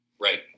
Right